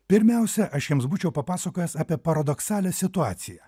pirmiausia aš jiems būčiau papasakojęs apie paradoksalią situaciją